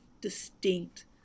distinct